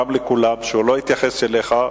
גם לכולם, שהוא לא התייחס אליך.